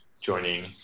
joining